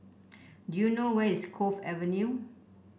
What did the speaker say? do you know where is Cove Avenue